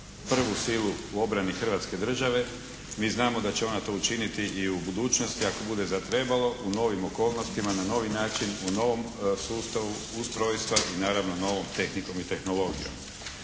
prvu silu u obrani Hrvatske države. Mi znamo da će ona to učiniti i u budućnosti ako bude zatrebalo u novim okolnostima na novi način u novom sustavu ustrojstva i naravno novom tehnikom i tehnologijom.